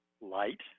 light